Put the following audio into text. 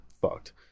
fucked